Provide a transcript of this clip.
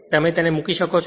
તમે મૂકી શકો છો